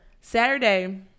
saturday